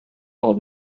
old